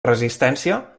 resistència